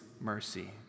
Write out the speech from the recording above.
mercy